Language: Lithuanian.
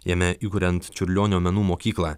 jame įkuriant čiurlionio menų mokyklą